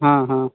हाँ हाँ